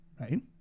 right